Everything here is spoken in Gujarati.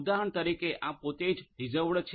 ઉદાહરણ તરીકે આ પોતે જ રીઝર્વડ છે